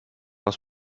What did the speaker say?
aus